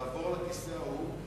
לעבור לכיסא ההוא,